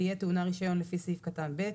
תהיה טעונה רישיון לפי סעיף קטן (ב),